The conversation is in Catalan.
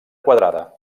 quadrada